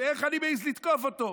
ואיך אני מעז לתקוף אותו?